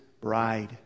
bride